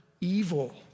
evil